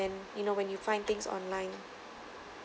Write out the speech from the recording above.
you know when you find things online